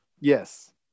yes